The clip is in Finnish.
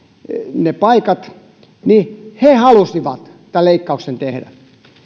ne paikat halusivat tämän leikkauksen tehdä